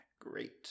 great